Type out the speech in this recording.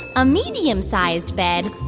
a medium-sized bed.